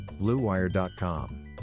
bluewire.com